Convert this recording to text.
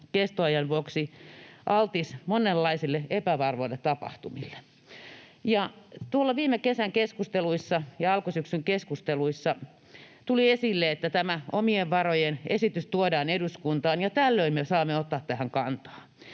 kestoajan vuoksi altis monenlaisille epävarmoille tapahtumille, ja tuolla viime kesän keskusteluissa ja alkusyksyn keskusteluissa tuli esille, että tämä omien varojen esitys tuodaan eduskuntaan ja tällöin me saamme ottaa tähän kantaa.